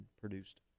produced